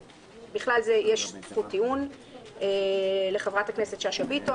בכלל זה יש זכות טיעון לחברת הכנסת שאשא ביטון,